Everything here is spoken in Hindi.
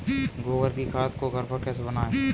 गोबर की खाद को घर पर कैसे बनाएँ?